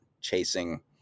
chasing